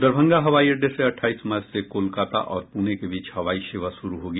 दरभंगा हवाई अड़डे से अट़ठाईस मार्च से कोलकाता और पूणे के बीच हवाई सेवा शुरू होगी